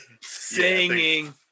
Singing